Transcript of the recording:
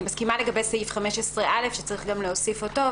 מסכימה לגבי סעיף 15א שצריך להוסיף גם אותו,